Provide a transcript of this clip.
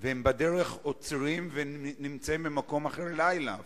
ובדרך הם עוצרים ונמצאים במקום אחר לילה אפילו,